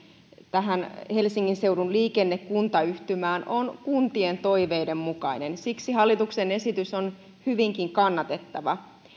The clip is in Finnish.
tähän helsingin seudun liikenne kuntayhtymään on kuntien toiveiden mukainen siksi hallituksen esitys on hyvinkin kannatettava